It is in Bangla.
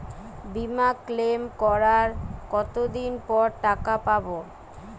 বিমা ক্লেম করার কতদিন পর টাকা পাব?